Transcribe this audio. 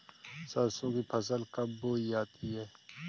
सरसों की फसल कब बोई जाती है?